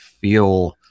feel